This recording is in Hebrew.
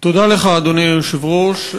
תודה לך, אדוני היושב-ראש.